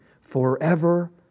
forever